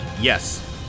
Yes